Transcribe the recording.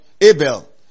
Abel